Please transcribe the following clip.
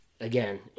again